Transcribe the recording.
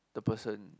the person